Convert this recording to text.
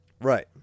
Right